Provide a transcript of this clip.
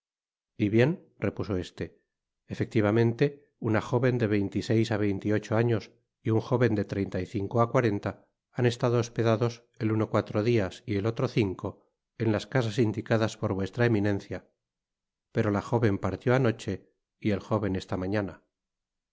y bien repuso este efectivamente una jóven de veinte y seis á veinte y ocho años y un jóven de treinta y cinco á cuarenta han estado hospedados el uno cuatro dias y el otro cinco en las casas indicadas por vuestra eminencia pero la jóven partió anoche y el jóven esta mañana